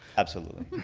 absolutely.